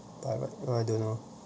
by right I don't know